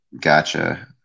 Gotcha